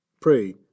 Pray